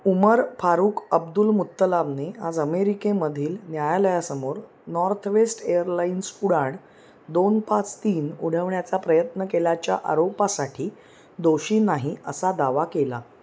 उमर Farouk Abdul मुत्तलाबने आज अमेरिकेमधील न्यायालयासमोर नॉर्थवेस्ट एअरलाइन्स उड्डाण दोन पाच तीन उडवण्याचा प्रयत्न केल्याच्या आरोपासाठी दोषी नाही असा दावा केला